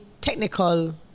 technical